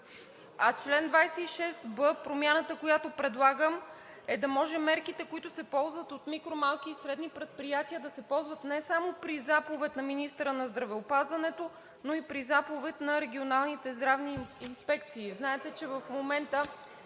А чл. 26б – промяната, която предлагам, е да може мерките, които се ползват от микро-, малки и средни предприятия, да се ползват не само при заповед на министъра на здравеопазването, но и при заповед на регионалните здравни инспекции.